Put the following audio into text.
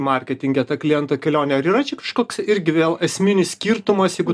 marketinge ta kliento kelionė ar yra čia kažkoks irgi vėl esminis skirtumas jeigu